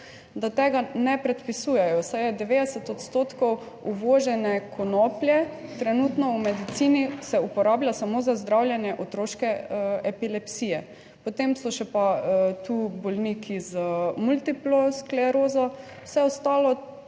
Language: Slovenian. da tega ne predpisujejo, saj je 90 odstotkov uvožene konoplje trenutno v medicini, se uporablja samo za zdravljenje otroške epilepsije. Potem so še pa tu bolniki z multiplo sklerozo, vse ostalo,